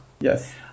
Yes